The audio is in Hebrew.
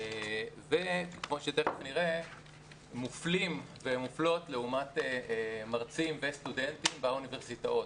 וכמו שתיכף נראה מופלים ומופלות לעומת מרצים וסטודנטים באוניברסיטאות,